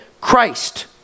Christ